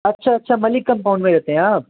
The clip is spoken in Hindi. अच्छा अच्छा मलिक कम्पाउंड में रहते हैं आप